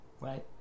Right